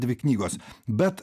dvi knygos bet